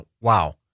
Wow